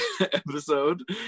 episode